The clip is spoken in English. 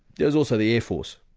there was also the air force.